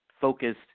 focused